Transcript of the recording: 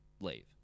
leave